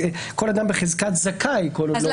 כל אדם בחזקת זכאי כל עוד לא הוכח.